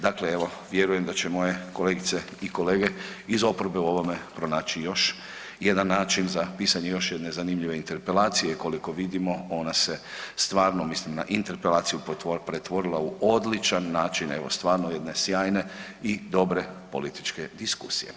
Dakle evo vjerujem da će moje kolegice i kolege iz oporbe u ovome pronaći još jedan način za pisanje još jedne zanimljive interpelacije, koliko vidimo ona se stvarno, mislim na interpelaciju, pretvorila u odličan način evo stvarno jedne sjajne i dobre političke diskusije.